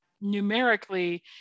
numerically